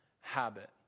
habit